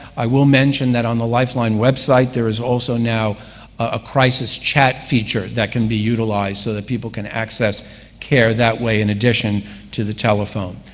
i will mention that on the lifeline website, there is also now a crisis chat feature that can be utilized, so that people can access care that way in addition to the telephone.